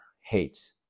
hates